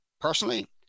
Personally